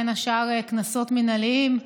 בין השאר קנסות מינהליים.